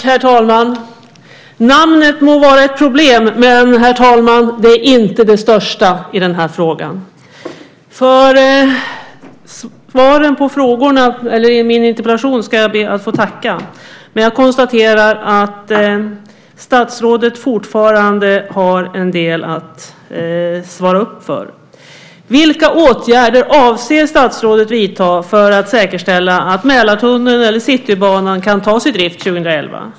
Herr talman! Namnet må vara ett problem, men det är inte det största i den här frågan. För svaren på frågorna i min interpellation ska jag be att få tacka, men jag konstaterar att statsrådet fortfarande har en del att svara upp för. Vilka åtgärder avser statsrådet att vidta för att säkerställa att Mälartunneln eller Citybanan kan tas i drift 2011?